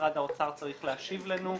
משרד האוצר צריך להשיב לנו,